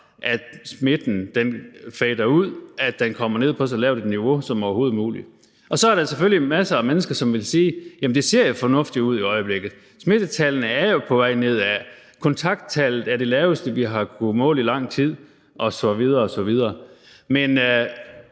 at smitten fader ud, og at den kommer ned på så lavt et niveau som overhovedet muligt. Så er der selvfølgelig masser af mennesker, som vil sige: Jamen det ser jo fornuftigt ud i øjeblikket, smittetallene er på vej nedad, kontakttallet er det laveste, vi har kunnet måle i lang tid osv. osv. Men